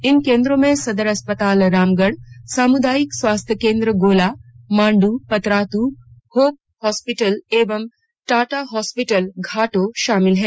इन केंद्रों में सदर अस्पताल रामगढ़ सामुदायिक स्वास्थ्य केंद्र गोला मांडू पतरातू होप हॉस्पिटल एवं टाटा हॉस्पिटल घाटो शामिल है